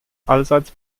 allseits